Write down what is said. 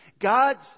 God's